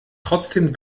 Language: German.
trotzdem